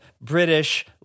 British